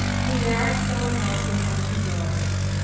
he married someone else and had two daughters.